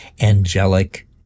angelic